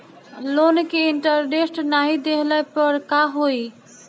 Loan के interest नाही देहले पर का होई?